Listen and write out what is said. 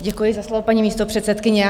Děkuji za slovo, paní místopředsedkyně.